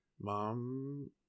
mom